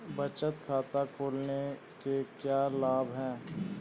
बचत खाता खोलने के क्या लाभ हैं?